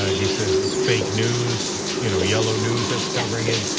he says it's fake news you know yellow news that's covering it.